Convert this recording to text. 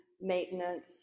maintenance